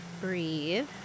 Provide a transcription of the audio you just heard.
Breathe